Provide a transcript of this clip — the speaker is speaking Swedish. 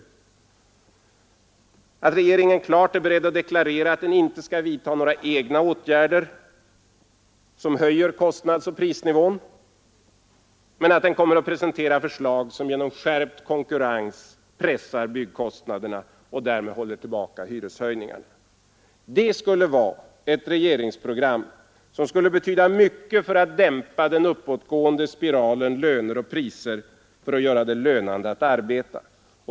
— Och därför att regeringen är beredd att deklarera att den inte skall vidta några egna åtgärder, som höjer kostnadsoch prisnivån, men att den kommer att presentera förslag, som genom skärpt konkurrens pressar byggkostnaderna och därmed håller tillbaka hyreshöjningar. Det vore ett regeringsprogram, som skulle betyda mycket för att hålla igen den uppåtgående spiralen löner-priser och för att göra det lönande att arbeta.